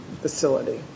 facility